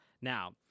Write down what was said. Now